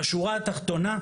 בשורה התחתונה,